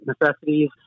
necessities